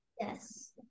Yes